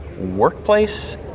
Workplace